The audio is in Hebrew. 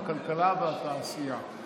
הכלכלה והתעשייה.